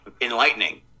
enlightening